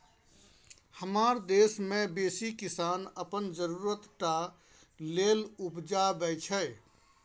हमरा देश मे बेसी किसान अपन जरुरत टा लेल उपजाबै छै